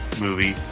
movie